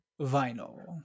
vinyl